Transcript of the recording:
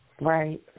Right